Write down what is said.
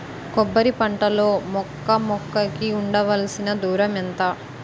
కొబ్బరి పంట లో మొక్క మొక్క కి ఉండవలసిన దూరం ఎంత